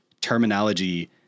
terminology